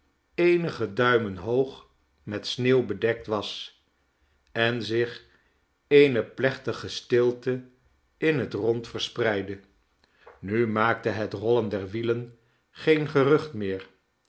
eenige duimen hoog met sneeuw bedekt was en zich eene plechtige stilte in het rond verspreidde nu maakte het rollen der wielen geen gerucht meer